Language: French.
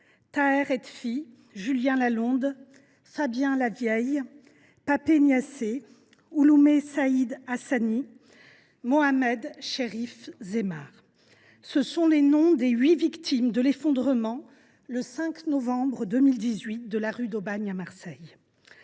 Taher Hedfi, Julien Lalonde, Fabien Lavieille, Pape Niasse, Ouloume Said Hassani, Mohamed Cherif Zemar : ce sont les noms des huit victimes de l’effondrement, le 5 novembre 2018, de deux immeubles de la rue d’Aubagne, à Marseille.